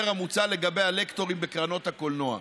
המוצע לגבי הלקטורים בקרנות הקולנוע".